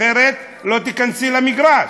אחרת לא תיכנסי למגרש.